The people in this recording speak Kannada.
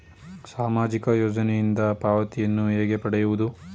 ಸಾಮಾಜಿಕ ಯೋಜನೆಯಿಂದ ಪಾವತಿಯನ್ನು ಹೇಗೆ ಪಡೆಯುವುದು?